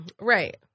Right